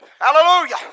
Hallelujah